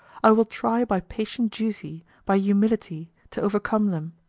i will try by patient duty, by humility, to overcome them.